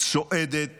צועדת